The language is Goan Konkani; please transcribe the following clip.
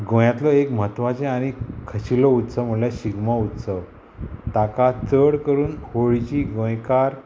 गोंयांतलो एक म्हत्वाचें आनी खाशेलो उत्सव म्हणल्यार शिगमो उत्सव ताका चड करून होळीची गोंयकार